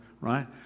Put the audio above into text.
right